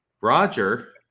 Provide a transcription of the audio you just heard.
Roger